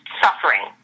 suffering